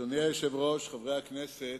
היושב-ראש, חברי הכנסת,